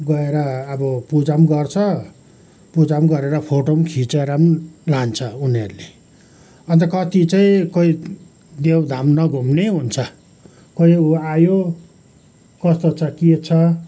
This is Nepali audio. गएर अब पूजा पनि गर्छ पूजा पनि गरेर फोटो पनि खिचेर पनि लान्छ उनीहरूले अन्त कति चाहिँ कोही देव धाम नघुम्ने हुन्छ कोही आयो कस्तो छ के छ